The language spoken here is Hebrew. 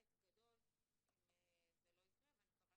זה חטא גדול אם זה לא יקרה ואני מקווה